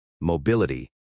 mobility